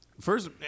first